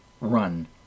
run